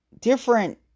different